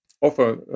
offer